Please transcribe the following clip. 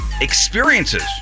Experiences